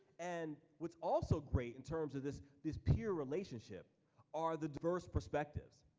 and what's also great in terms of this this peer relationship are the diverse perspectives.